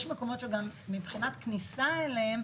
יש מקומות שגם מבחינת כניסה אליהם,